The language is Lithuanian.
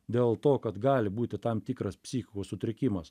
dėl to kad gali būti tam tikras psichikos sutrikimas